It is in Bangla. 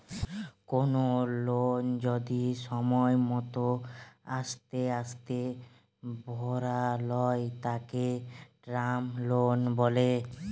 কোনো লোন যদি সময় মতো আস্তে আস্তে ভরালয় তাকে টার্ম লোন বলে